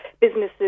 businesses